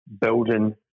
building